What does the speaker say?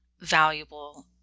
valuable